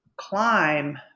climb